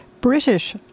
British